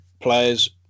players